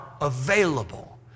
available